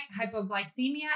Hypoglycemia